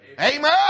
Amen